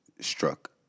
struck